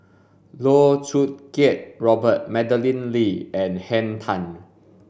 Loh Choo Kiat Robert Madeleine Lee and Henn Tan